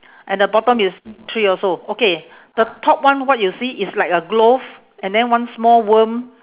and the bottom is three also okay the top one what you see is like a glove and then one small worm